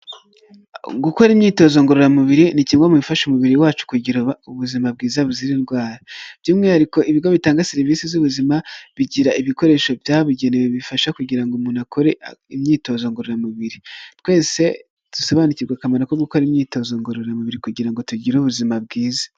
Gukora imyitozo ngororamubiri ni kimwe mu bifasha umubiri wacu kugira ubuzima bwiza buzira indwara, by'umwihariko ibigo bitanga serivisi z'ubuzima bigira ibikoresho byabugenewe, bifasha kugira ngo umuntu akore imyitozo ngororamubiri. Twese dusobanukirwe akamaro ko gukora imyitozo ngororamubiri kugira ngo tugire ubuzima bwiza.